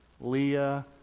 Leah